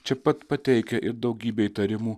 čia pat pateikia ir daugybę įtarimų